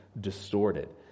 distorted